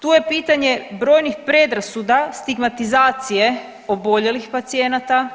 Tu je pitanje brojnih predrasuda, stigmatizacije oboljelih pacijenata.